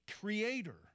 creator